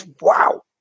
wow